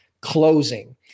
closing